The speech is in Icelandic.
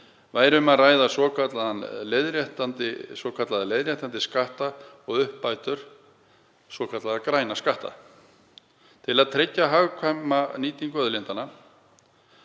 væri um að ræða svokallaða leiðréttandi skatta og uppbætur, svokallaða græna skatta, til að tryggja hagkvæma nýtingu auðlindanna.